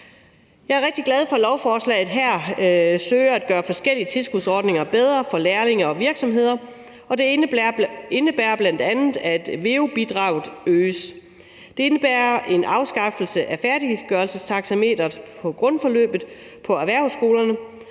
Jeg er rigtig glad for, at lovforslaget her søger at gøre forskellige tilskudsordninger bedre for lærlinge og virksomheder, og det indebærer bl.a., at veu-bidraget øges. Og det indebærer en afskaffelse af færdiggørelsestaxameteret på grundforløbet på erhvervsskolerne,